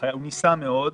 למרות שהוא ניסה מאוד,